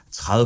30%